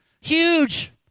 huge